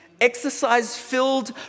exercise-filled